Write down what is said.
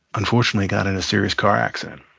unfortunately, got in a serious car accident.